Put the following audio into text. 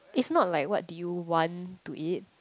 is not like what do you want to eat